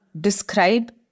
describe